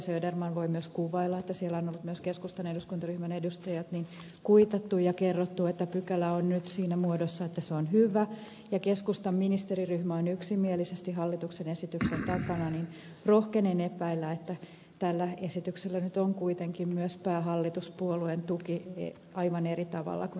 söderman voi myös kuvailla että siellä on ollut myös keskustan eduskuntaryhmän edustajat kuitattu ja kerrottu että pykälä on nyt siinä muodossa että se on hyvä ja keskustan ministeriryhmä on yksimielisesti hallituksen esityksen takana niin rohkenen epäillä että tällä esityksellä on kuitenkin myös päähallituspuolueen tuki aivan eri tavalla kuin ed